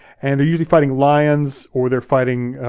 and they're usually fighting lions or they're fighting,